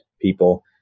people